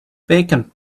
bacon